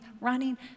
running